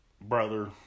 brother